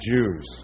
Jews